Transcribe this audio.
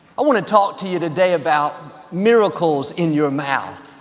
i want to talk to you today about miracles in your mouth.